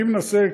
אני מנסה,